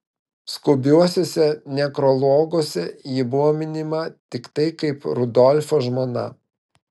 skubiuosiuose nekrologuose ji buvo minima tiktai kaip rudolfo žmona